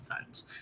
funds